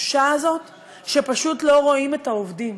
התחושה הזאת שפשוט לא רואים את העובדים: